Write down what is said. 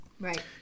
Right